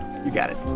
you got it